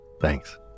Thanks